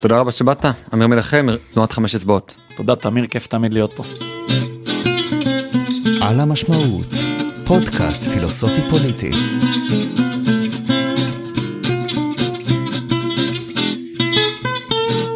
תודה רבה שבאת, עמיר מנחם, תנועת חמש אצבעות. תודה תמיר, כיף תמיד להיות פה.על המשמעות פודקאסט פילוסופי פוליטי